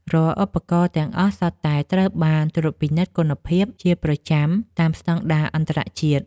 រាល់ឧបករណ៍ទាំងអស់សុទ្ធតែត្រូវបានត្រួតពិនិត្យគុណភាពជាប្រចាំតាមស្ដង់ដារអន្តរជាតិ។